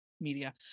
media